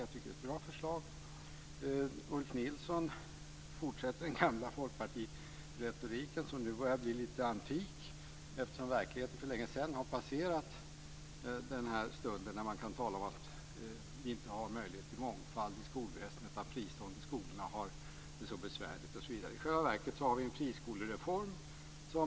Jag tycker att det är ett bra förslag. Ulf Nilsson fortsätter den tidigare folkpartiretoriken, som nu börjar bli lite antik, eftersom verkligheten för länge sedan har passerat det läge där man kunde tala om att vi inte har möjligheter till mångfald i skolorna, att de fristående skolorna har det så besvärligt osv.